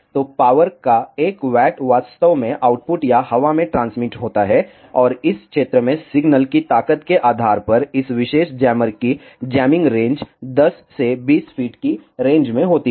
तो पावर का एक वाट वास्तव में आउटपुट या हवा में ट्रांसमिट होता है और इस क्षेत्र में सिग्नल की ताकत के आधार पर इस विशेष जैमर की जैमिंग रेंज 10 से 20 फीट की रेंज में होती है